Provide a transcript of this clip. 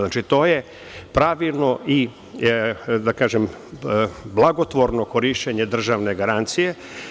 Znači, to je pravilno i blagotvorno korišćenje državne garancije.